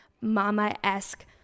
mama-esque